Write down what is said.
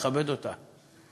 לכבד אותה.